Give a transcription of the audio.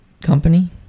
company